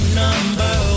number